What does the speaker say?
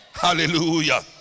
Hallelujah